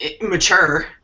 Mature